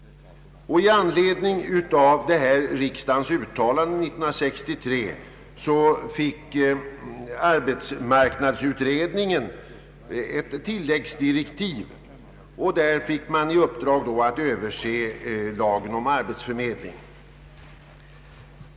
I anledning av detta riksdagens uttalande år 1963 fick arbetsmarknadsutredningen ett tilläggsdirektiv med uppdrag att överse lagen om arbetsförmedling.